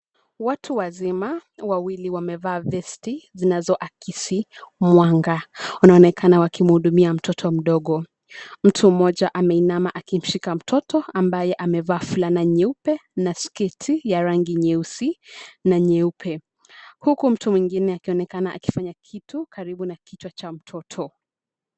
Watu wazima, wawili wamevaa vesti zinazoakisi mwanga. Wanaonekana wakimuudumia mtoto mdogo. Mtu mmoja ameinama akimshika mtoto ambaye amevaa fulana nyeupe na sketi ya rangi nyeusi na nyeupe huku mtu mwingine akionekana akifanya kitu karibu na kichwa cha mtoto.